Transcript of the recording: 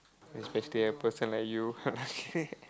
especially a person like you